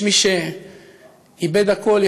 יש מי שאיבד הכול,